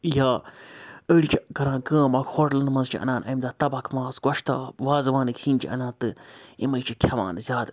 یا أڑۍ چھِ کَران کٲم اَکھ ہوٹلَن مَنٛز چھِ اَنان اَمہِ دۄہ تَبَکھ ماز گۄشتاب وازوانٕکۍ سِنۍ چھِ اَنان تہٕ یِمَے چھِ کھٮ۪وان زیادٕ